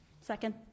second